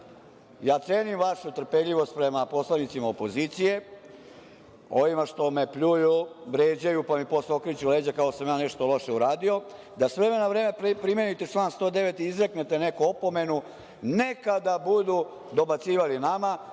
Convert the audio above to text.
ja cenim vašu trpeljivost prema poslanicima opozicije, ovima što me pljuju, vređaj, pa mi posle okreću leđa, kao da sam ja nešto loše uradio, da s vremena na vreme primenite član 109. i izreknete neku opomenu, ne kada budu dobacivali nama,